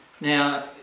Now